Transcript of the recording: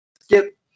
Skip